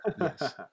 Yes